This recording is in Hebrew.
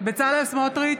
בצלאל סמוטריץ'